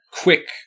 ...quick